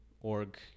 org